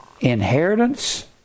inheritance